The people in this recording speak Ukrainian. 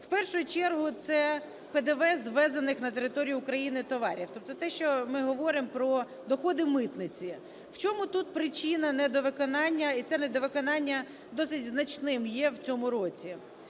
В першу чергу це ПДВ з ввезених на територію України товарів. Тобто те, що ми говоримо про доходи митниці. В чому тут причина недовиконання? І це недовиконання досить значним є в цьому році.